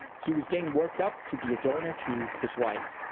he was getting worked up to be a donor to his wife.